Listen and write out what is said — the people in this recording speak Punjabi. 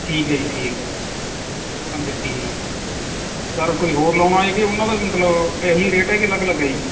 ਠੀਕ ਹੈ ਜੀ ਠੀਕ ਹੈ ਪੰਜ ਰੁਪਈਏ ਜੀ ਸਰ ਕੋਈ ਹੋਰ ਲਾਉਣਾ ਹੈ ਕਿ ਉਨ੍ਹਾਂ ਦਾ ਮਤਲਬ ਇਹੀ ਰੇਟ ਹੈ ਕਿ ਅਲੱਗ ਅਲੱਗ ਹੈ ਜੀ